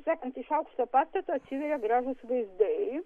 sekant iš aukšto pastato atsiveria gražūs vaizdai